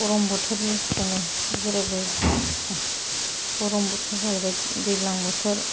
गरम बोथोरनिफ्रायनो जिरायबो गरम बोथोर जाहैबाय दैलां बोथोर